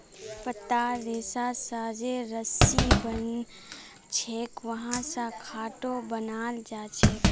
पत्तार रेशा स जे रस्सी बनछेक वहा स खाटो बनाल जाछेक